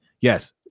Yes